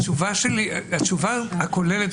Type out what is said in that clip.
התשובה הכוללת,